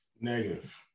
Negative